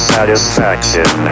Satisfaction